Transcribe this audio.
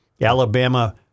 Alabama